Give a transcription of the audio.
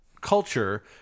culture